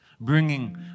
Bringing